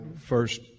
first